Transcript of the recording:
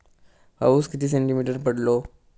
पाऊस किती सेंटीमीटर पडलो?